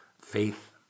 faith